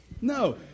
No